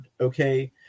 okay